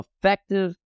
effective